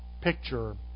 picture